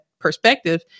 perspective